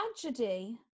tragedy